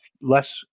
less